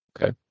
Okay